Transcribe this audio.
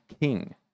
king